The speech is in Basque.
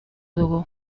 dugu